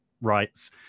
rights